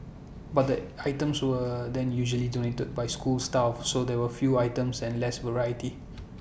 but the items were then usually donated by school staff so there were few items and less variety